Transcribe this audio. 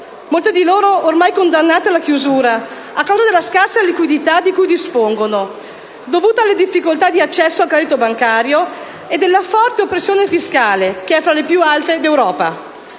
Molte di loro sono ormai condannate alla chiusura a causa della scarsa liquidità di cui dispongono, dovuta alle difficoltà di accesso al credito bancario, e della forte oppressione fiscale, che è fra le più alte d'Europa.